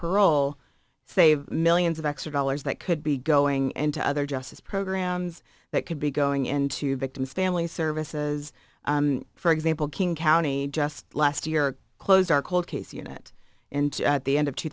parole save millions of extra dollars that could be going into other justice programs that could be going into victims family services for example king county just last year closed our cold case unit and at the end of two